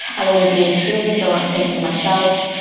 i want to be intrigued, i want to think for myself,